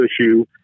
issue